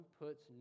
puts